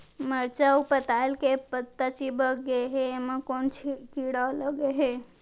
मरचा अऊ पताल के पत्ता चिपक गे हे, एमा कोन कीड़ा लगे है?